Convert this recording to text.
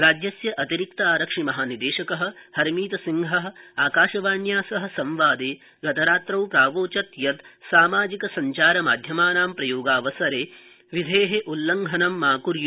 राज्यस्य अतिरिक्त आरक्षि महानिदेशक हरमीतसिंह आकाशवाण्या सह संवादे गतरात्रौ प्रावोचत् यत् सामाजिक सञ्चारमाध्यमानां प्रयोगावसरे विधे उल्लङ्घनं मा क्र्य